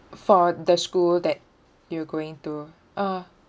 for the school that you're going to ah